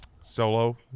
Solo